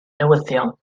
newyddion